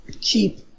keep